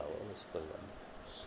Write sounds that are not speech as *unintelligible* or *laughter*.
ଆଉ ମିସ୍ତ *unintelligible*